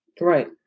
Right